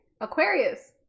Aquarius